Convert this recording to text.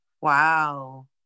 Wow